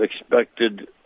expected